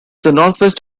northwest